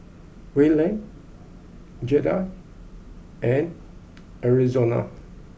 Wayland Giada and Arizona